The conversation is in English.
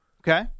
Okay